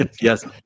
Yes